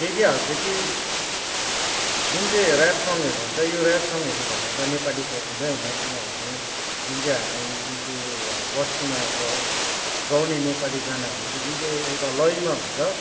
देखिहाल्छ कि जुन चाहिँ ऱ्याप सङहरू हन्छ यो ऱ्याप सङहरू भन्ने त नेपालीको हुँदै होइन किनभने जुन चाहिँ हामी जुन चाहिँ बस्तीमा गाउँ गाउने नेपाली गानाहरू जुन चाहिँ एउटा लयमा हुन्छ